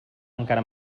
encara